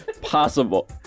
Possible